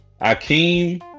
Akeem